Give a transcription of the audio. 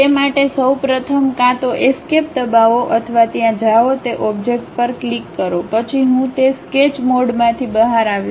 તે માટે સૌ પ્રથમ કાં તો એસ્કેપ દબાવો અથવા ત્યાં જાઓ તે ઓબ્જેક્ટ પર ક્લિક કરો પછી હું તે સ્કેચ મોડમાંથી બહાર આવ્યો